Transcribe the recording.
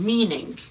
Meaning